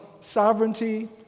sovereignty